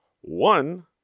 one